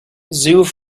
zoos